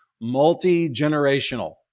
multi-generational